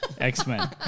X-Men